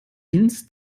ins